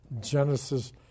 Genesis